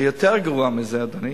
יותר גרוע מזה, אדוני: